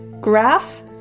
Graph